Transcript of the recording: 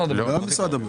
הוצאות פיתוח.